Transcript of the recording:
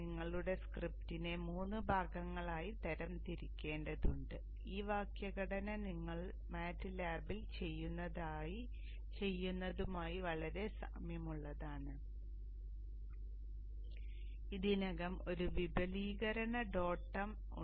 നിങ്ങളുടെ സ്ക്രിപ്റ്റിനെ 3 ഭാഗങ്ങളായി തരംതിരിക്കേണ്ടതുണ്ട് ഈ വാക്യഘടന നിങ്ങൾ മാറ്റ് ലാബിൽ ചെയ്യുന്നതുമായി വളരെ സാമ്യമുള്ളതാണ് ഇതിന് ഇതിനകം ഒരു വിപുലീകരണ ഡോട്ട് എം ഉണ്ട്